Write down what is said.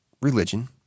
religion